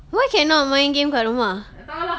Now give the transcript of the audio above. why cannot main game kat rumah